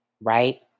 Right